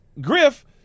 Griff